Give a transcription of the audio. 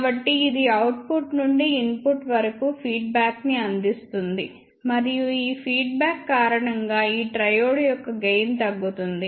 కాబట్టి ఇది అవుట్పుట్ నుండి ఇన్పుట్ వరకు ఫీడ్ బ్యాక్ ని అందిస్తుంది మరియు ఈ ఫీడ్ బ్యాక్ కారణంగా ఈ ట్రయోడ్ యొక్క గెయిన్ తగ్గుతుంది